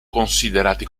considerati